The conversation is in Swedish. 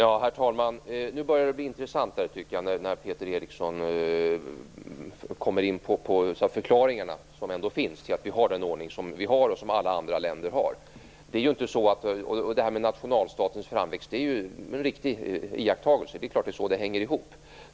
Herr talman! Nu börjar det bli intressant, när Peter Eriksson kommer in på de förklaringar som ändå finns till att vi har den ordning som vi har och som alla andra länder har. Iakttagelsen av nationalstatens framväxt är riktig. Det är klart att det är så det hänger ihop.